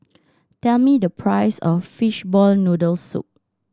tell me the price of fishball noodle soup